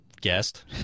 guest